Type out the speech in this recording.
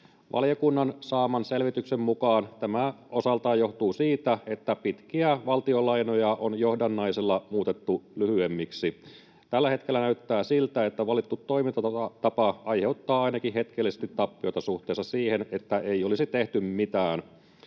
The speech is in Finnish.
Valiokunnan saaman selvityksen mukaan tämä osaltaan johtuu siitä, että pitkiä valtionlainoja on johdannaisilla muutettu lyhyemmiksi. Tällä hetkellä näyttää siltä, että valittu toimintatapa aiheuttaa ainakin hetkellisesti tappiota suhteessa siihen, että ei olisi tehty mitään.